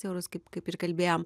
eurus kaip kaip ir kalbėjom